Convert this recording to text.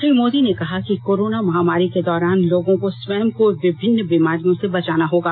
श्री मोदी ने कहा कि कोरोना महामारी के दौरान लोगों को स्वयं को विभिन्नं बीमारियों से बचाना होगा